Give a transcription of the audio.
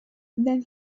then